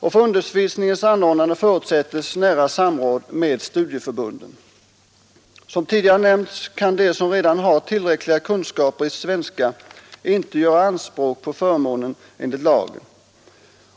För undervisningens anordnande förutsätts nära samråd med studieförbunden. Som tidigare nämnts kan de som redan har tillräckliga kunskaper i svenska inte göra anspråk på förmånen enligt lagen.